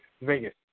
Vegas